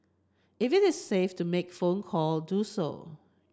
if it is safe to make phone call do so